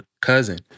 cousin